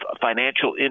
financial